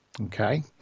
Okay